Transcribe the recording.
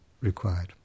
required